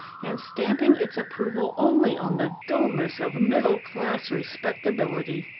and stamping its approval only on the dullness of middle-class respectability.